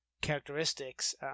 characteristics